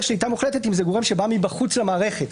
שליטה מוחלטת אם זה גורם שבא מחוץ למערכת,